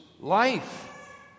life